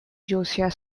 josiah